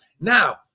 Now